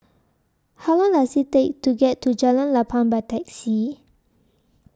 How Long Does IT Take to get to Jalan Lapang By Taxi